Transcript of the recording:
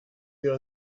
wir